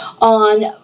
on